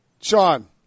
Sean